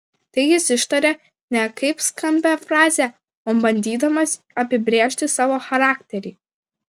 tai jis ištaria ne kaip skambią frazę o bandydamas apibrėžti savo charakterį